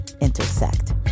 Intersect